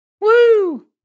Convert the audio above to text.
woo